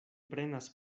prenas